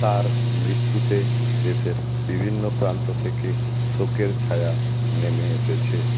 তাঁর মৃত্যুতে দেশের বিভিন্ন প্রান্ত থেকে শোকের ছায়া নেমে এসেছে